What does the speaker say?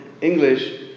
English